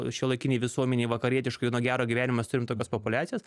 šiuolaikinėj visuomenėj vakarietiškoj nuo gero gyvenimo mes turim tokias populiacijas